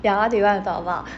ya what do you want to talk about